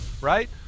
right